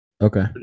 Okay